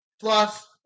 plus